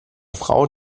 frau